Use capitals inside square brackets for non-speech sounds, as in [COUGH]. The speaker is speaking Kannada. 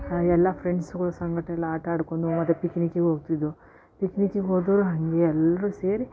ಆ ಎಲ್ಲ ಫ್ರೆಂಡ್ಸ್ಗಳು ಸಂಗಡೆಲ್ಲ ಆಟಾಡ್ಕೊಂಡು [UNINTELLIGIBLE] ಪಿಕ್ನಿಕಿಗೆ ಹೋಗ್ತಿದ್ದೆವು ಪಿಕ್ನಿಕಿಗೆ ಹೋದವರು ಹಾಗೆ ಎಲ್ಲರೂ ಸೇರಿ